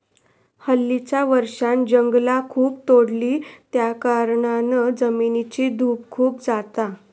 हल्लीच्या वर्षांत जंगला खूप तोडली त्याकारणान जमिनीची धूप खूप जाता